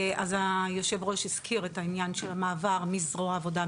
אז יושב הראש הזכיר את העניין של המעבר מזרוע עבודה,